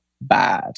bad